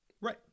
Right